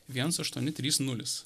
viens aštuoni trys nulis